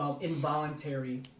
involuntary